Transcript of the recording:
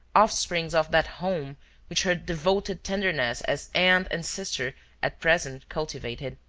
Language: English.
offsprings of that home which her devoted tenderness as aunt and sister at present cultivated.